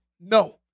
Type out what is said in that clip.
No